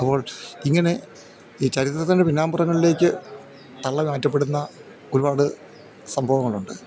അപ്പോൾ ഇങ്ങനെ ഈ ചരിത്രത്തിൻ്റെ പിന്നാമ്പുറങ്ങളിലേക്ക് തള്ളി മാറ്റപ്പെടുന്ന ഒരുപാട് സംഭവങ്ങളുണ്ട്